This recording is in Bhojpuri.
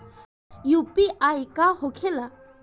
यू.पी.आई का होखेला?